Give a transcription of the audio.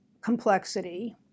complexity